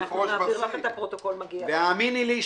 והאמיני לי,